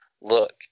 Look